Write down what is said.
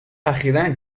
اخیرا